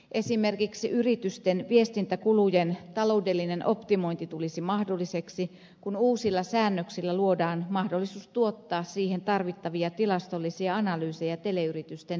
esimerkiksi yritysten viestintäkulujen taloudellinen optimointi tulisi mahdolliseksi kun uusilla säännöksillä luodaan mahdollisuus tuottaa siihen tarvittavia tilastollisia analyysejä teleyritysten kilpailuttamiseksi